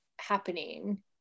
happening